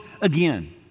again